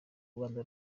rwanda